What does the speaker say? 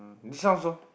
this one also